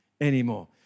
anymore